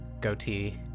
goatee